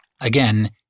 Again